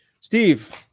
Steve